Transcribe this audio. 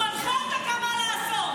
הוא מנחה אותה גם מה לעשות.